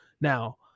Now